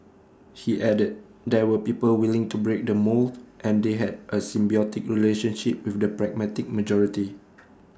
he added there were people willing to break the mould and they had A symbiotic relationship with the pragmatic majority